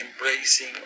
embracing